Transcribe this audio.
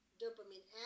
dopamine